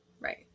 Right